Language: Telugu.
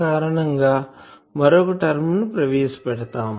కారణం గా మరొక టర్మ్ ని ప్రవేశపెడతాము